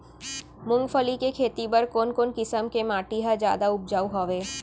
मूंगफली के खेती बर कोन कोन किसम के माटी ह जादा उपजाऊ हवये?